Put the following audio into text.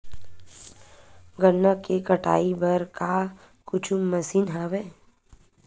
गन्ना के कटाई बर का कुछु मशीन हवय?